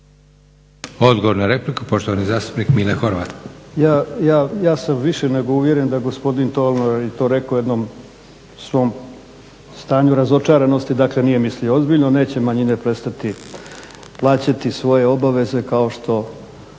Odgovor na repliku, poštovani zastupnik Mile Horvat. **Horvat, Mile (SDSS)** Ja sam više nego uvjeren da gospodin Tolnauer je to rekao u jednom svom stanju razočaranosti, dakle nije mislio ozbiljno, neće manjine prestati plaćati svoje obaveze kao što